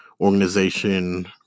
organization